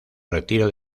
retiro